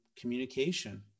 communication